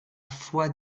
fois